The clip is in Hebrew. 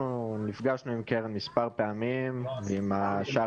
נפגשנו עם קרן מספר פעמים ועם שאר